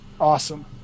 awesome